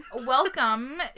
Welcome